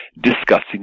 discussing